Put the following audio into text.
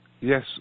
Yes